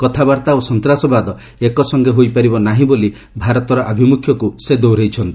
କଥାବାର୍ତ୍ତା ଓ ସନ୍ତାସବାଦ ଏକସଙ୍ଗେ ହୋଇପାରିବ ନାହିଁ ବୋଲି ଭାରତ ଆଭିମୁଖ୍ୟକୁ ସେ ଦେହରାଇଛନ୍ତି